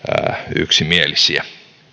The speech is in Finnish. yksimielisiä